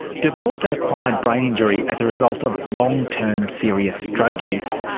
developed an acquired brain injury as a result of long-term serious drug use.